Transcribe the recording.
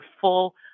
full